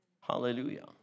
Hallelujah